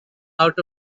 out